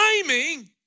timing